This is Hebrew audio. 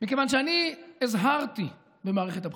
מכיוון שאני הזהרתי במערכת הבחירות,